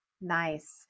Nice